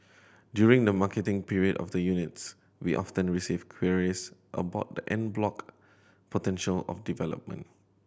during the marketing period of the units we often receive queries about the en bloc potential of development